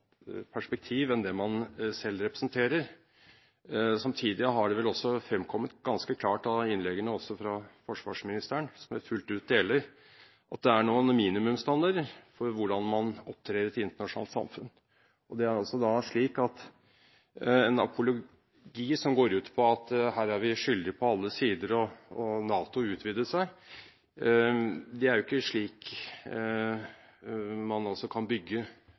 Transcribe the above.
perspektiv enn det man selv representerer. Samtidig har det vel også fremkommet ganske klart av innleggene, også fra forsvarsministeren, som jeg fullt ut deler, at det er noen minimumsstandarder for hvordan man opptrer i et internasjonalt samfunn. Det er da slik at det er en apologi som går ut på at her er vi skyldige på alle sider, og NATO utvider seg. Det er jo ikke slik man kan bygge